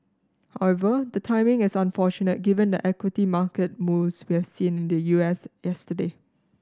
however the timing is unfortunate given the equity market moves we have seen in the U S yesterday